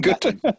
good